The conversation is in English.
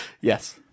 Yes